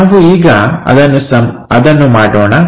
ನಾವು ಈಗ ಅದನ್ನು ಮಾಡೋಣ